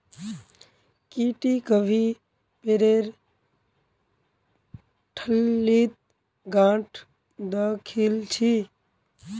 की टी कभी पेरेर ठल्लीत गांठ द खिल छि